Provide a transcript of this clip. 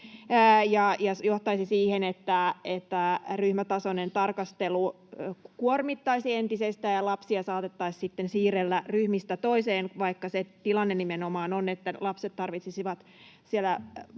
se johtaisi siihen, että ryhmätasoinen tarkastelu kuormittaisi entisestään ja lapsia saatettaisiin sitten siirrellä ryhmistä toiseen, vaikka se tilanne on, että lapset tarvitsisivat siellä